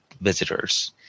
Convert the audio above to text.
visitors